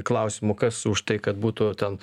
klausimo kas už tai kad būtų ten